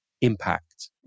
impact